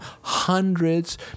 hundreds